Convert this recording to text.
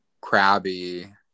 crabby